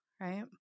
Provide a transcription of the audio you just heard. right